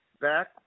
Back